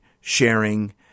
sharing